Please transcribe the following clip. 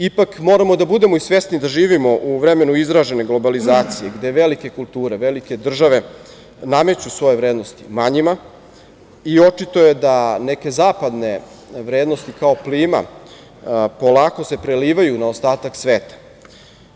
Ipak, moramo da budemo i svesni da živimo u vremenu izražene globalizacije, gde velike kulture, velike države nameću svoje vrednosti manjima i očito je da neke zapadne vrednosti kao plima se polako prelivaju na ostatak sveta.